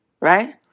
right